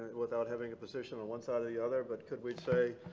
without having a position on one side or the other, but could we say,